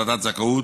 ועדת זכאות,